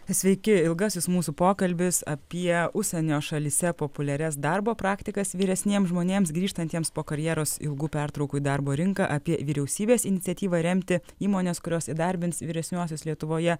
sveiki ilgasis mūsų pokalbis apie užsienio šalyse populiarias darbo praktikas vyresniems žmonėms grįžtantiems po karjeros ilgų pertraukų į darbo rinką apie vyriausybės iniciatyvą remti įmones kurios įdarbins vyresniuosius lietuvoje